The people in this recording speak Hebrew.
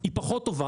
היא פחות טובה,